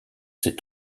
ses